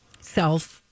self